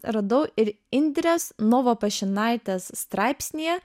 radau ir indrės novapašinaitės straipsnyje